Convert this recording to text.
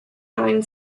nine